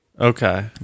Okay